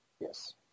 Yes